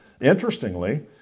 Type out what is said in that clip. Interestingly